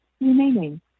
remaining